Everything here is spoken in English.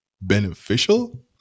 beneficial